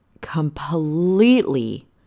completely